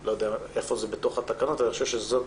לא יודע איפה זה בתוך התקנות, אני חושב שזאת